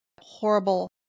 horrible